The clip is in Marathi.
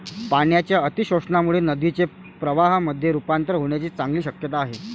पाण्याच्या अतिशोषणामुळे नदीचे प्रवाहामध्ये रुपांतर होण्याची चांगली शक्यता आहे